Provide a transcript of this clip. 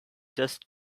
just